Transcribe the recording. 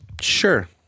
Sure